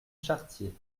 chartier